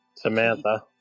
Samantha